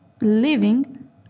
living